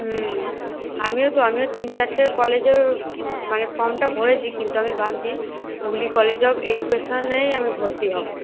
হুম আমিও তো আমিও তিন চারটে কলেজের মানে ফর্মটা ভরেছি কিন্তু আমি ভাবছি হুগলি কলেজ অফ এডুকেশনেই আমি ভর্তি হবো